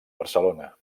barcelona